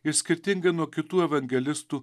ir skirtingai nuo kitų evangelistų